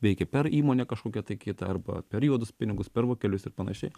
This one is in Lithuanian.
veikia per įmonę kažkokią tai kitą arba per juodus pinigus per vokelius ir panašiai